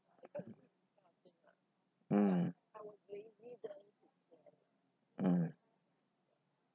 mm mm